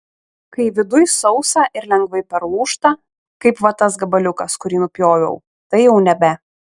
kai viduj sausa ir lengvai perlūžta kaip va tas gabaliukas kurį nupjoviau tai jau nebe